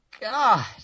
god